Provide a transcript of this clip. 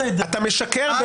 בסדר, אני משקר.